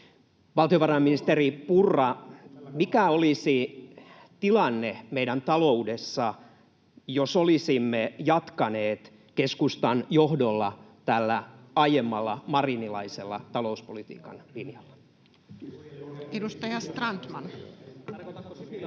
Valtiovarainministeri Purra, mikä olisi tilanne meidän taloudessamme, jos olisimme jatkaneet keskustan johdolla tällä aiemmalla marinilaisella talouspolitiikan linjalla? [Speech 118] Speaker: Toinen